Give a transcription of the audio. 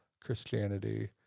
Christianity